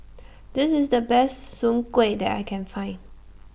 This IS The Best Soon Kway that I Can Find